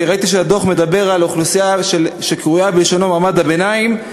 אני ראיתי שהדוח מדבר על אוכלוסייה שקרויה בלשונו "מעמד הביניים",